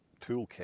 toolkit